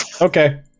Okay